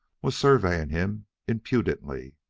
was surveying him impudently.